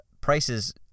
prices